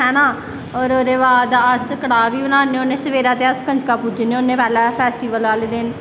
हैना ते ओह्दे बाद अस कड़ाह् बी बनान्ने होन्ने सवेरैं अस कंजकां पूजने होन्ने पैह्लैं फैस्टिवल आह्लै दिन